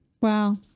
Wow